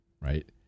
right